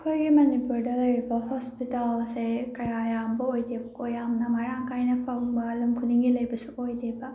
ꯑꯩꯈꯣꯏꯒꯤ ꯃꯅꯤꯄꯨꯔꯗ ꯂꯩꯔꯤꯕ ꯍꯣꯁꯄꯤꯇꯥꯜ ꯑꯁꯦ ꯀꯌꯥ ꯌꯥꯝꯕ ꯑꯣꯏꯗꯦꯕꯀꯣ ꯌꯥꯝꯅ ꯃꯔꯥꯡ ꯀꯥꯏꯅ ꯐꯪꯕ ꯂꯝ ꯈꯨꯗꯤꯡꯒꯤ ꯂꯩꯕꯁꯨ ꯑꯣꯏꯗꯦꯕ